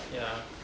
ya